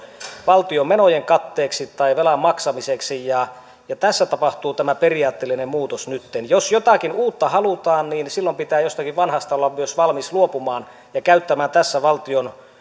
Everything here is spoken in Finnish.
valtion menojen katteeksi tai velan maksamiseksi ja ja tässä tapahtuu tämä periaatteellinen muutos nytten jos jotakin uutta halutaan niin silloin pitää jostakin vanhasta olla myös valmis luopumaan ja käyttämään tässä valtion